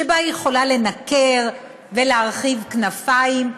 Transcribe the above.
שבה היא יכולה לנקר ולהרחיב כנפיים,